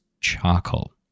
charcoal